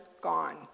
gone